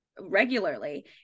regularly